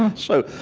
um so,